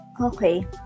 Okay